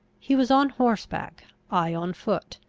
he was on horseback i on foot.